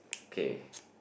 okay